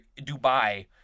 Dubai